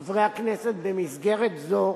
חברי הכנסת, במסגרת זאת